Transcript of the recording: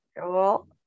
cool